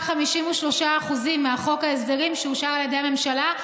53% מחוק ההסדרים שאושר על ידי הממשלה.